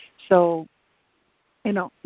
so you know,